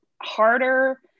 harder